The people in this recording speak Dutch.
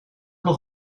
nog